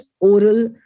oral